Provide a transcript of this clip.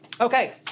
Okay